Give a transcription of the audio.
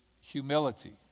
humility